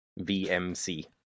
VMC